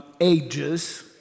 ages